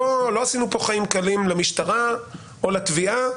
לא עשינו כאן חיים קלים למשטרה או לתביעה.